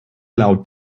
laut